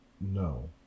No